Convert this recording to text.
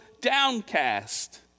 downcast